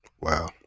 Wow